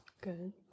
Good